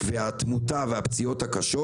התמותה והפציעות הקשות.